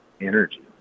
energy